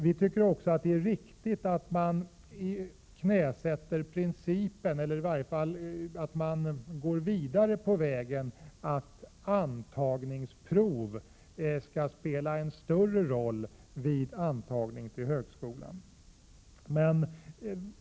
Det är också riktigt att man går vidare på vägen mot att låta antagningsprov spela en större roll vid antagning till högskolan.